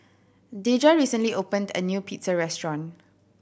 Deja recently opened a new Pizza Restaurant